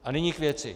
A nyní k věci.